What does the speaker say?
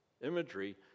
imagery